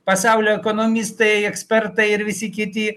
pasaulio ekonomistai ekspertai ir visi kiti